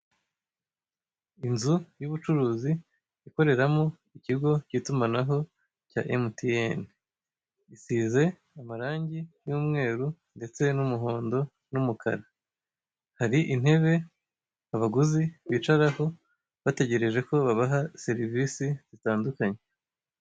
Inzu y'ubucuruzi ikoreramo ikigo k'itumanaho cya emutiyene isize amarange y'umweru ndetse n'umuhondo n'umukara, hari intebe abaguzi bicaraho bategereje ko babaha serivisi zitandukanye.